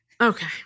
Okay